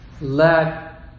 let